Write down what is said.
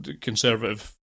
conservative